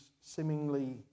seemingly